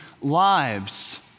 lives